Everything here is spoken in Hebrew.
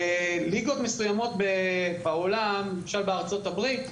בליגות מסוימות בעולם, למשל בארצות הברית,